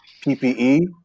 PPE